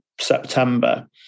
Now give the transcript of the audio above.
September